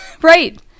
Right